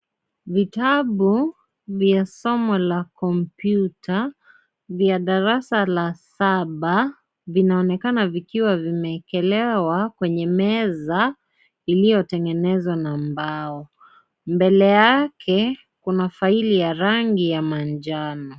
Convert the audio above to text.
Vitabu vya somo la kompyuta vya darasa la saba vinaonekana vikiwa vimeekelewa kwenye meza iliyotengenezwa na mbao. Mbele yake kuna faili ya rangi ya manjano.